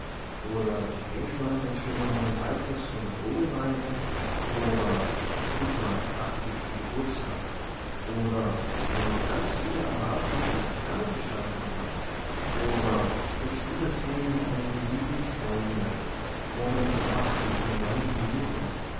oder die denkmalsenthüllung walters von der vogelweide oder bismarcks achtzigsten geburtstag oder wenn man ganz wider erwarten sein examen bestanden hat oder das wiedersehen mit einem lieben freunde oder das erwachen einer neuen liebe